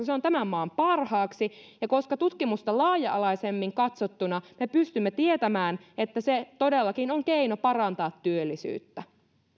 se on tämän maan parhaaksi ja koska tutkimusta laaja alaisemmin katsottuna me pystymme tietämään että se todellakin on keino parantaa työllisyyttä